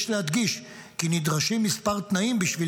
יש להדגיש כי נדרשים מספר תנאים בשביל